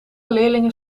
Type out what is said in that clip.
leerlingen